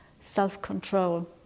self-control